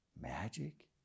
magic